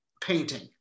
Painting